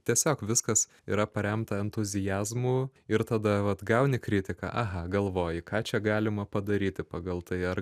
tiesiog viskas yra paremta entuziazmu ir tada vat gauni kritiką aha galvoji ką čia galima padaryti pagal tai ar